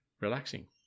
relaxing